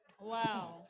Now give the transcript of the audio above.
wow